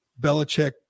Belichick